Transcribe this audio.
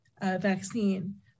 vaccine